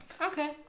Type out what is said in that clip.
Okay